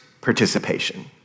participation